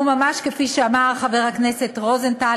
וממש כפי שאמר חבר הכנסת רוזנטל,